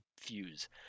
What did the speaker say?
fuse